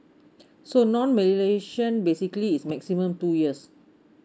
so non malaysian basically is maximum two years